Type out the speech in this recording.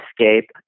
escape